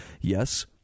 Yes